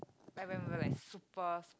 like when we were like super